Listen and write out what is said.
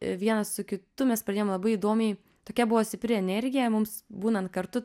vienas su kitu mes pradėjom labai įdomiai tokia buvo stipri energija mums būnant kartu